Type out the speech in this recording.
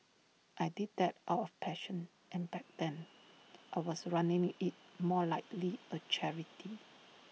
I did that out of passion and back then I was running IT more likely A charity